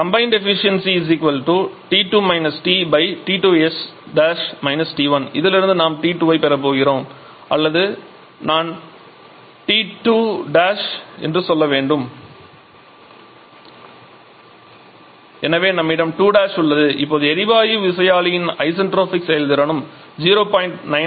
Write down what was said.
𝜂𝐶𝑜𝑚𝑏 𝑇2 − 𝑇 𝑇2𝑠′ − 𝑇1 இதிலிருந்து நாம் T2 ஐப் பெறப் போகிறோம் அல்லது நான் T2 என்று சொல்ல வேண்டும் எனவே நம்மிடம் 2' உள்ளது இப்போது எரிவாயு விசையாழியின் ஐசென்ட்ரோபிக் செயல்திறனும் 0